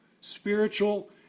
spiritual